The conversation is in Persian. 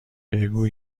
بگو